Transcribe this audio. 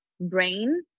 brain